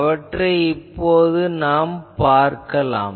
அவற்றை இப்போது பார்க்கலாம்